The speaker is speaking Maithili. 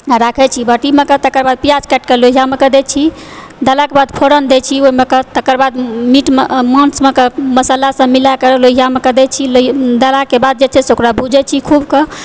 राखै छी बाटी मे कऽ तकरबाद प्याज काटिके लोहिया मे कऽ दै छी देलाके बाद फोरन दै छी ओहि मे कऽ तकरबाद मीट मे मासु मे कऽ मस्सला सबऽ मिलाकए लोहियामे कऽ दै छी देलाक बाद जे छे ओकरा भुजै छी खूबके